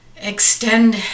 Extend